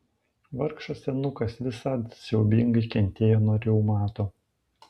vargšas senukas visad siaubingai kentėjo nuo reumato